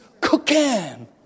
cooking